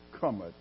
cometh